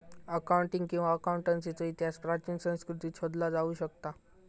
accounting किंवा अकाउंटन्सीचो इतिहास प्राचीन संस्कृतींत शोधला जाऊ शकता